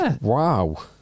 Wow